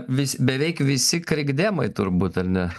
vis beveik visi krikdemai turbūt ar ne